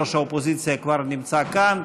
ראש האופוזיציה כבר נמצא כאן.